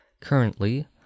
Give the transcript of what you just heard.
Currently